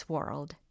World